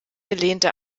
lehnte